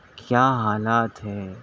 کیا حالات ہے